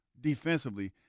defensively